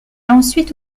ensuite